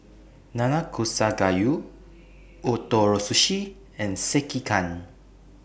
Nanakusa Gayu Ootoro Sushi and Sekihan